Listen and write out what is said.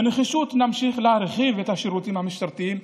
בנחישות נמשיך להרחיב את השירותים המשטרתיים,